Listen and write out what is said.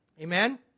Amen